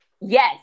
Yes